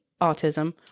autism